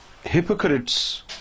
hypocrites